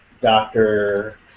doctor